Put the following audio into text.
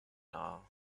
hour